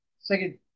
second